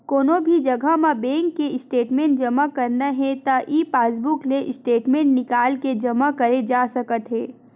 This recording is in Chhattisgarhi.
कोनो भी जघा म बेंक के स्टेटमेंट जमा करना हे त ई पासबूक ले स्टेटमेंट निकाल के जमा करे जा सकत हे